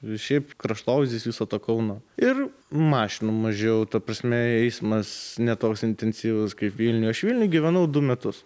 ir šiaip kraštovaizdis viso to kauno ir mašinų mažiau ta prasme eismas ne toks intensyvus kaip vilniuj aš vilniuj gyvenau du metus